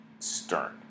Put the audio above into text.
stern